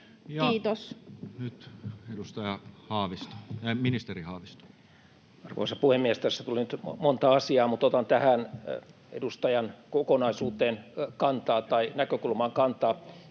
Kiitos. Ja nyt ministeri Haavisto. Arvoisa puhemies! Tässä tuli nyt monta asiaa, mutta otan tähän edustajan näkökulmaan kantaa.